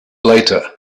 later